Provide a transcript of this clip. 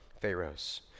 Pharaoh's